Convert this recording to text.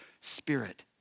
spirit